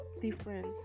different